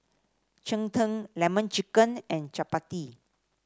Cheng Tng lemon chicken and chappati